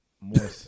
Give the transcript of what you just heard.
more